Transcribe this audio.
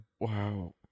Wow